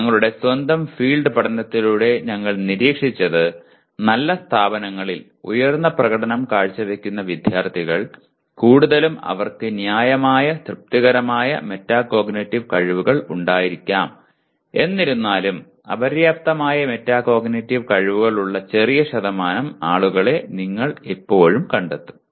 ഞങ്ങളുടെ സ്വന്തം ഫീൽഡ് പഠനത്തിലൂടെ ഞങ്ങൾ നിരീക്ഷിച്ചത് നല്ല സ്ഥാപനങ്ങളിൽ ഉയർന്ന പ്രകടനം കാഴ്ചവയ്ക്കുന്ന വിദ്യാർത്ഥികൾ കൂടുതലും അവർക്ക് ന്യായമായ തൃപ്തികരമായ മെറ്റാകോഗ്നിറ്റീവ് കഴിവുകൾ ഉണ്ടായിരിക്കാം എന്നിരുന്നാലും അപര്യാപ്തമായ മെറ്റാകോഗ്നിറ്റീവ് കഴിവുകളുള്ള ചെറിയ ശതമാനം ആളുകളെ നിങ്ങൾ ഇപ്പോഴും കണ്ടെത്തും